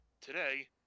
today